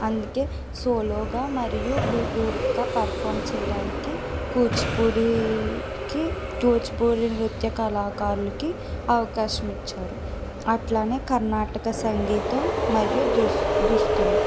అందుకే సోలోగా మరియు గ్రూప్గా పర్ఫామ్ చేయటానికి కూచిపూడికి కూచిపూడి నృత్య కళాకారులకి అవకాశం ఇచ్చారు అట్లానే కర్ణాటక సంగీతం మరియు దుస్ దుస్తులు